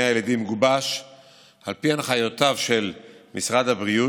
הילדים גובש על פי הנחיותיו של משרד הבריאות,